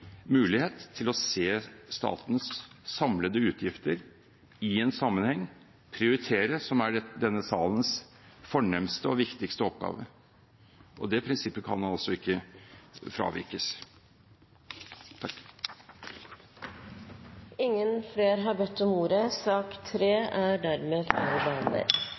mulighet til å se statens samlede utgifter i sammenheng og prioritere, som er denne salens fornemste og viktigste oppgave. Det prinsippet kan man altså ikke fravike. Flere har ikke bedt om ordet til sak